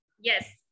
Yes